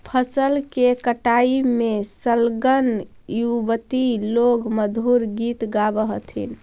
फसल के कटाई में संलग्न युवति लोग मधुर गीत गावऽ हथिन